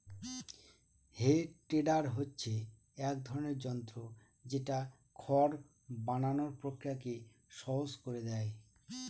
হে tedder হচ্ছে এক ধরনের যন্ত্র যেটা খড় বানানোর প্রক্রিয়াকে সহজ করে দেয়